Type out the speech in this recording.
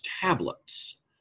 tablets